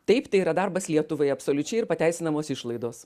taip tai yra darbas lietuvai absoliučiai ir pateisinamos išlaidos